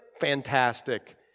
Fantastic